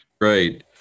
Right